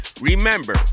Remember